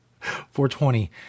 420